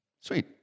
Sweet